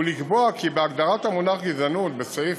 ולקבוע כי בהגדרת המונח גזענות בסעיף